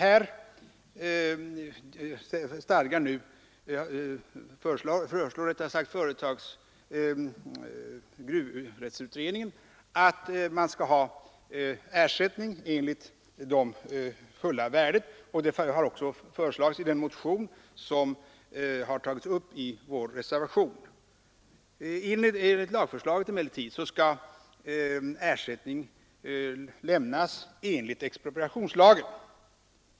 Gruvrättsutredningen föreslog att ersättning skall utges enligt det fulla värdet. Det har också föreslagits i den motion som ligger till grund för reservationen 2. Enligt regeringsförslaget skall ersättning emellertid lämnas enligt expropriationslagen.